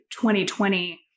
2020